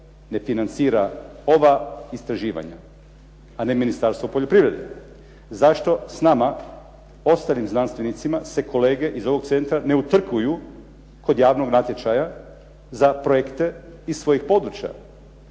ne financira ova istraživanja a ne Ministarstvo poljoprivrede? Zašto s nama ostalim znanstvenicima se kolege iz ovog centra ne utrkuju kod javnog natječaja za projekte iz svojih područja.